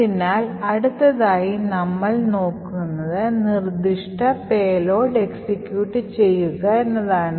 അതിനാൽ അടുത്തതായി നമ്മൾ നോക്കുന്നത് നിർദ്ദിഷ്ട പേലോഡ് എക്സിക്യൂട്ട് ചെയ്യുക എന്നതാണ്